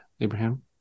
Abraham